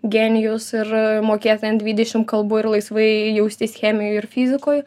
genijus ir mokėt net dvidešim kalbų ir laisvai jaustis chemijoj ir fizikoj